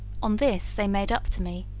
on this they made up to me,